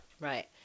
Right